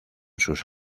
sus